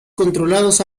controlados